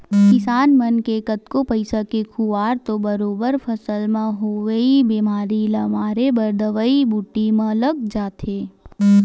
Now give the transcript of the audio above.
किसान मन के कतको पइसा के खुवार तो बरोबर फसल म होवई बेमारी ल मारे बर दवई बूटी म लग जाथे